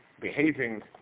behaving